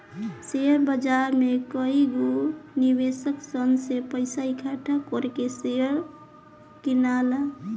share बाजार में कएगो निवेशक सन से पइसा इकठ्ठा कर के शेयर किनला